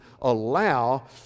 allow